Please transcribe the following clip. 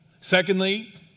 Secondly